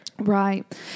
Right